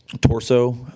torso